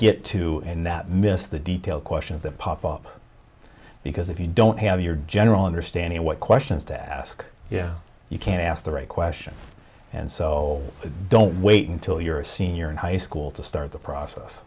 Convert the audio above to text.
that miss the detailed questions that pop up because if you don't have your general understanding of what questions to ask yeah you can ask the right question and so don't wait until you're a senior in high school to start the process